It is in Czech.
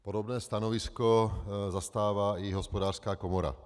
Podobná stanovisko zastává i Hospodářská komora.